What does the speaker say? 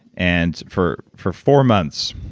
and for for four months,